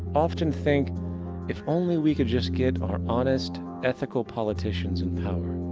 often think if only we could just get our honest, ethical politicians in power,